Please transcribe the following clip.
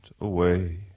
away